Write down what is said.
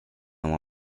oma